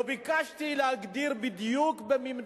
לא ביקשתי להגדיר בדיוק במי מדובר,